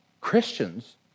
Christians